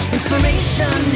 Inspiration